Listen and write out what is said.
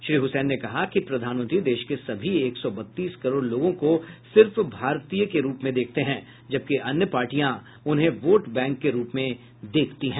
श्री हुसैन ने कहा कि प्रधानमंत्री देश के सभी एक सौ बत्तीस करोड़ लोगों को सिर्फ भारतीय के रूप में देखते हैं जबकि अन्य पार्टियां उन्हें वोट बैंक के रूप में देखती हैं